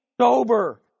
sober